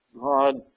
God